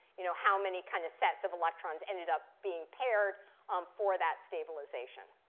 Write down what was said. you know, how many kind of sets of electrons ended up being paired um for that stabilization?